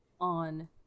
on